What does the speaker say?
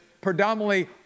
predominantly